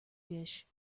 dish